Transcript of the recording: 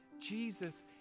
jesus